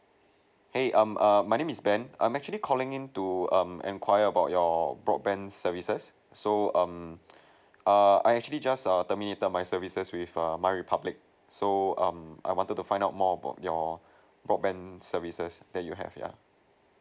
!hey! um err my name is ben I'm actually calling in to um inquire about your broadband services so um err I actually just err terminated my services with err my republic so um I wanted to find out more about your broadband services that you have yeah